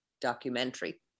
documentary